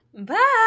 Bye